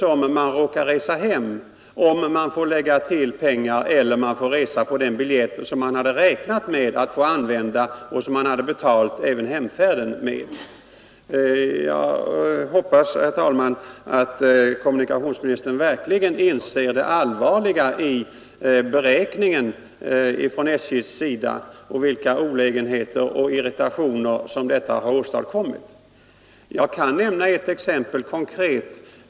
Om man får lägga till pengar eller om man får resa på den biljett som man hade räknat med att få använda och som man hade betalt även hemfärden med beror endast på vid vilken tid på dagen man råkar resa hem. Jag hoppas, herr talman, att kommunikationsministern verkligen inser det allvarliga i SJ:s beräkning och vilka olägenheter och irritationer som detta har åstadkommit. Jag kan nämna ett konkret exempel.